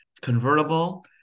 convertible